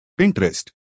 Pinterest